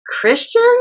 Christian